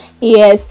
Yes